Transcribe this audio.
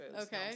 Okay